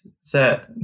set